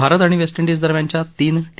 भारत आणि वेस्टइंडिज दरम्यानच्या तीन टी